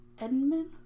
Edmund